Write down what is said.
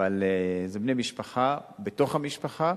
אבל זה בני משפחה בתוך המשפחה